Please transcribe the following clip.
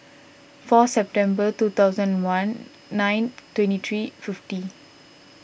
four September two thousand and one nine twenty three fifty